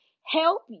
help